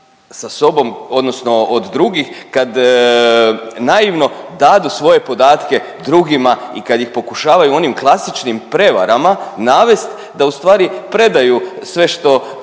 sa sobom odnosno od drugih kad naivno dadu svoje podatke drugima i kad ih pokušavaju onim klasičnim prevarama navest da u stvari predaju sve što